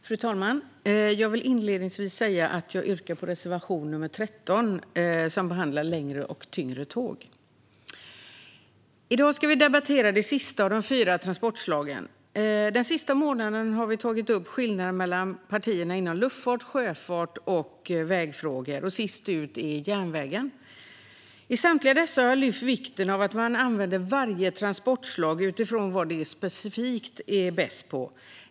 Fru talman! Jag vill inledningsvis säga att jag yrkar bifall till reservation nr 13, som behandlar längre och tyngre tåg. I dag ska vi debattera det sista av de fyra transportslagen. Den senaste månaden har vi tagit upp skillnader mellan partierna i frågor inom luftfart, sjöfart och väg. Sist ut är järnvägen. I samtliga dessa frågor har jag lyft fram vikten av att man använder varje transportslag utifrån vad det specifikt är bäst på.